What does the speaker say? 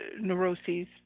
neuroses